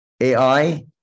AI